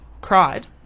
cried